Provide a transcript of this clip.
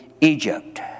Egypt